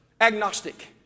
Agnostic